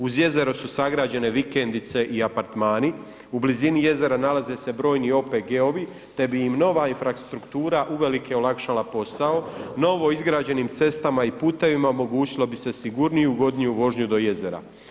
Uz jezero su sagrađene vikendice i apartmani, u blizini jezera nalaze se brojni OPG-ovi te bi im nova infrastruktura uvelike olakšala posao novo izgrađenim cestama i putevima omogućilo bi se sigurniju i ugodniju vožnju do jezera.